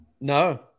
No